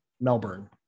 melbourne